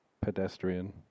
pedestrian